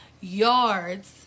yards